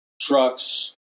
trucks